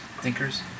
Thinkers